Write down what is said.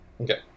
Okay